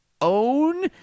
own